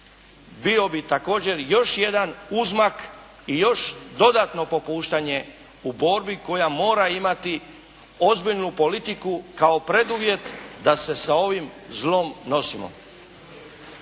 bio bi također još jedan uzmak i još dodatno popuštanje u borbi koja mora imati ozbiljnu politiku kao preduvjet da se sa ovim zlom nosimo.